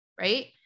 Right